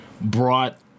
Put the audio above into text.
brought